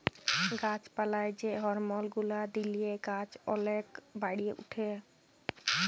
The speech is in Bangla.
গাছ পালায় যে হরমল গুলা দিলে গাছ ওলেক বাড়ে উঠে